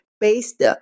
based